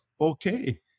okay